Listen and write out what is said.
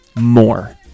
more